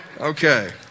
Okay